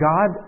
God